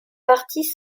partit